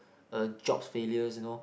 uh job failure you know